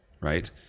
Right